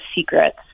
secrets